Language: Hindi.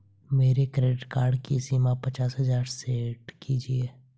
मेरे क्रेडिट कार्ड की सीमा पचास हजार सेट कीजिए